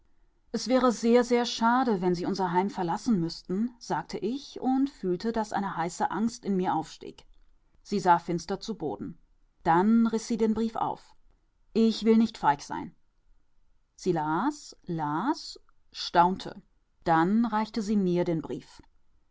es wäre sehr sehr schade wenn sie unser heim verlassen müßten sagte ich und fühlte daß eine heiße angst in mir aufstieg sie sah finster zu boden dann riß sie den brief auf ich will nicht feig sein sie las las staunte dann reichte sie mir den brief